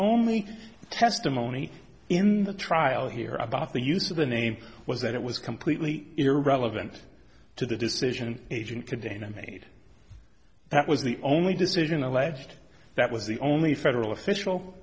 only testimony in the trial here about the use of the name was that it was completely irrelevant to the decision an agent today and i made that was the only decision alleged that was the only federal official